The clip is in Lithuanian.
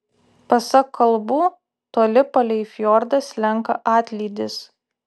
pasak kalbų toli palei fjordą slenka atlydys